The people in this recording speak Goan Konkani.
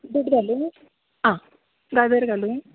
बीट घालूं आं गाजर घालूं